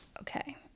Okay